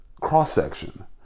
cross-section